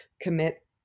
commit